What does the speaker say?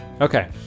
okay